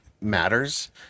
matters